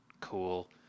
cool